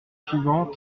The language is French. suivants